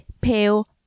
pale